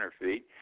feet